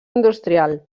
industrial